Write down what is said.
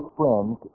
friends